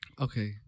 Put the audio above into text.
Okay